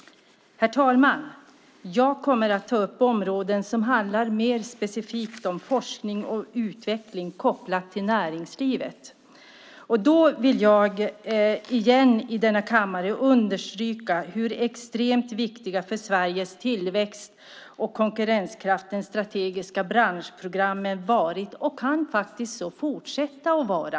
Herr talman! Jag kommer att ta upp områden som mer specifikt handlar om forskning och utveckling kopplad till näringslivet. Då vill jag igen i denna kammare understryka hur extremt viktiga för Sveriges tillväxt och konkurrenskraft de strategiska branschprogrammen varit och kan så fortsätta att vara.